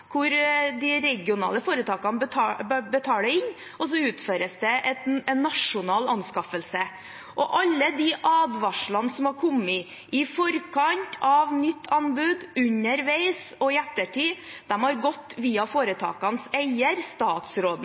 hvor de regionale foretakene betaler inn, og så utføres det en nasjonal anskaffelse. Og alle de advarslene som har kommet – i forkant av nytt anbud, underveis og i ettertid – har gått via foretakenes eier: statsråden.